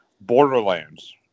Borderlands